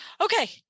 Okay